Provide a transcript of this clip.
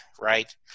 right